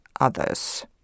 others